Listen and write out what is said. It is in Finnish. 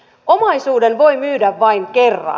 omaisuuden voi myydä vain kerran